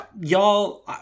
Y'all –